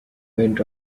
went